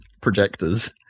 projectors